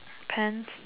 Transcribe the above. pants